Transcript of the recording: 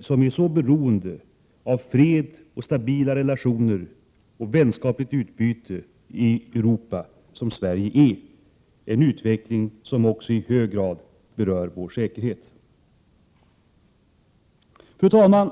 som är så beroende av fred, stabila relationer och vetenskapligt utbyte i Europa som Sverige är, när det gäller en utveckling som också i hög grad berör vår säkerhet. Fru talman!